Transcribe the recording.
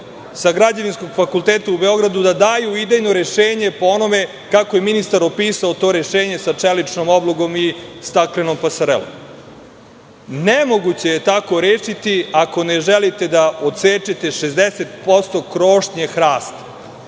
sa Građevinskog fakulteta u Beogradu da daju idejno rešenje po onome kako je ministar opisao to rešenje sa čeličnom oblogom i staklenom pasarelom. Nemoguće je tako rešiti ako ne želite da odsečete 60% krošnje hrasta.